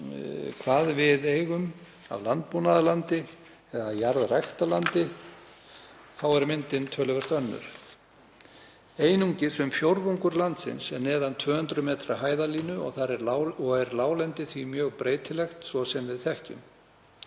hvað við eigum af landbúnaðarlandi eða jarðræktarlandi er myndin töluvert önnur. Einungis um fjórðungur landsins er neðan 200 metra hæðarlínu og er láglendi því mjög breytilegt, svo sem við þekkjum.